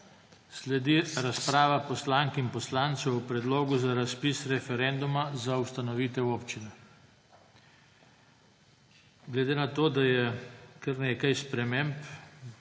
Sledi razprava poslank in poslancev o predlogu za razpis referenduma za ustanovitev občine. Ker je kar nekaj sprememb,